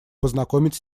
познакомить